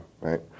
right